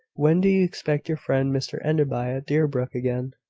when do you expect your friend, mr enderby, at deerbrook again?